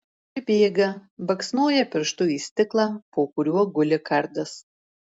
pribėga baksnoja pirštu į stiklą po kuriuo guli kardas